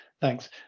Thanks